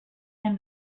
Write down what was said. and